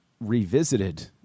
revisited